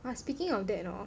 !wah! speaking of that you know